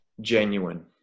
genuine